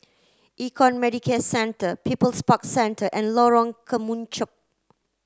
Econ Medicare Centre People's Park Centre and Lorong Kemunchup